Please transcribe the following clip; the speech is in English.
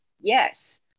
yes